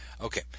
okay